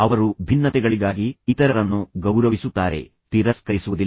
ಅವರು ಭಿನ್ನತೆಗಳಿಗಾಗಿ ಇತರರನ್ನು ಗೌರವಿಸುತ್ತಾರೆ ಅವರನ್ನು ತಿರಸ್ಕರಿಸುವುದಿಲ್ಲ